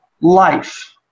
life